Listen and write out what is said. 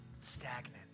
stagnant